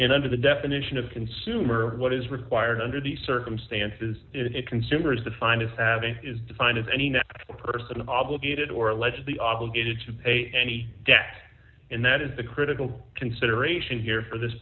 and under the definition of consumer what is required under these circumstances is a consumer is defined as having is defined as any person obligated or allegedly obligated to pay any debt and that is the critical consideration here for this